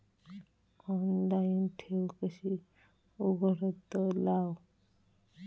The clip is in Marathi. ऑनलाइन ठेव कशी उघडतलाव?